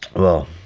well,